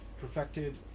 perfected